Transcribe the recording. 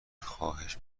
خواهش